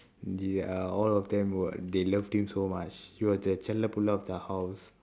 they are all of them were like they loved him so much he was the of the house